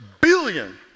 billion